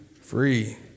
free